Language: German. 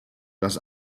dass